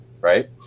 right